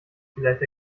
vielleicht